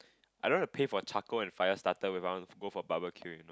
I don't want to pay for charcoal and fire starter where I want to go for barbeque you know